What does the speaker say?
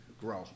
grow